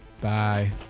Bye